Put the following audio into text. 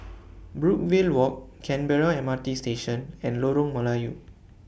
Brookvale Walk Canberra M R T Station and Lorong Melayu